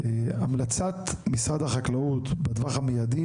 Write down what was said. המלצת משרד החקלאות בטווח המיידי,